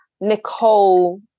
Nicole